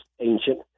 ancient